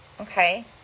Okay